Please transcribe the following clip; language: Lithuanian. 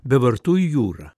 be vartų į jūrą